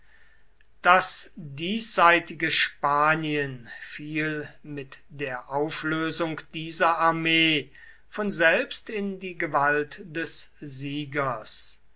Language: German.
das diesseitige spanien fiel mit der auflösung dieser armee von selbst in die gewalt des siegers